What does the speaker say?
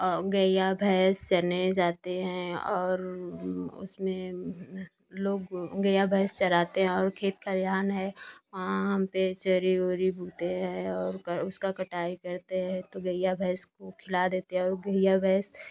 अ गईया भैंस चरने जाते हैं और उसमें लोग गईया भैंस चराते हैं और खेत खलिहान है वहाँ पर चरी उरी मिलते हैं और उसका कटाई करते हैं गईया भैंस को खिला देते हैं और गईया भैंस